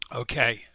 Okay